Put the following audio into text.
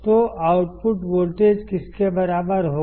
तो output voltage किसके बराबर होगा